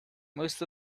most